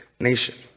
nation